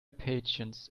patience